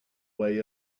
way